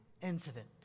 incident